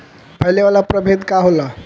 फैले वाला प्रभेद का होला?